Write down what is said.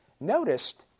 noticed